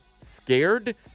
scared